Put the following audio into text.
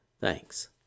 thanks